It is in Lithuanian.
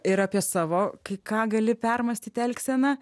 ir apie savo kai ką gali permąstyt elgseną